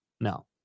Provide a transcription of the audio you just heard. No